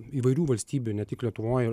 įvairių valstybių ne tik lietuvoj